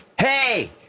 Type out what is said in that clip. hey